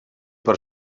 per